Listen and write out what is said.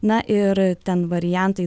na ir ten variantai